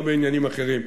לא בעניינים אחרים.